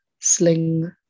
sling